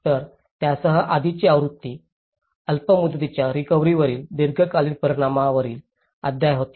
तर त्यासह आधीची आवृत्ती अल्प मुदतीच्या रिकव्हरीवरील दीर्घकालीन परिणामावरील अध्याय होती